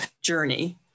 journey